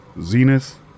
Zenith